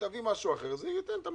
אם היא תביא משהו אחר אז זה ייתן מענה.